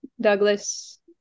douglas